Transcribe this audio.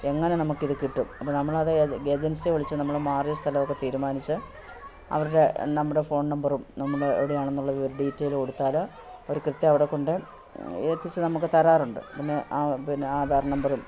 എങ്ങനെ നമുക്കിത് കിട്ടും അപ്പോൾ നമ്മളത് ഏജൻസിയിൽ വിളിച്ചു നമ്മൾ മാറിയ സ്ഥലമൊക്കെ തീരുമാനിച്ച് അവരുടെ നമ്മുടെ ഫോൺ നമ്പറും നമ്മുടെ എവിടെയാണെന്നുള്ള ഒരു ഡീറ്റെയില് കൊടുത്താൽ ഒരു കൃത്യം അവിടെക്കൊണ്ട് എത്തിച്ചു നമുക്ക് തരാറുണ്ട് പിന്നെ ആ പിന്നെ ആധാർ നമ്പറും